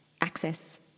access